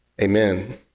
amen